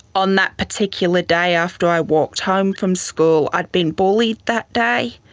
on that particular day after i walked home from school i had been bullied that day.